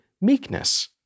meekness